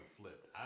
flipped